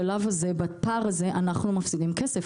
בפער הזה אנחנו מפסידים כסף.